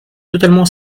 totalement